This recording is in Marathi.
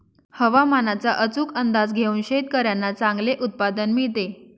हवामानाचा अचूक अंदाज घेऊन शेतकाऱ्यांना चांगले उत्पादन मिळते